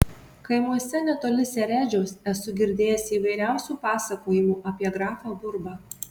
kaimuose netoli seredžiaus esu girdėjęs įvairiausių pasakojimų apie grafą burbą